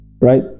right